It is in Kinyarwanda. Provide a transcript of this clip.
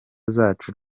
zacu